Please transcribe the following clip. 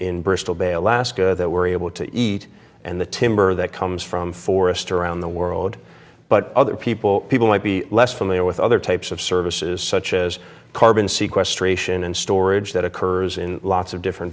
in bristol bay alaska that we're able to eat and the timber that comes from forest around the world but other people people might be less familiar with other types of services such as carbon sequestration and storage that occurs in lots of different